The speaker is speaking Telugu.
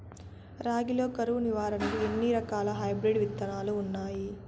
రాగి లో కరువు నివారణకు ఎన్ని రకాల హైబ్రిడ్ విత్తనాలు ఉన్నాయి